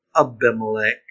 Abimelech